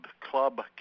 Club